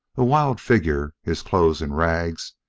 a wild figure, his clothes in rags,